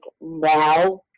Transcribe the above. now